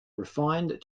refined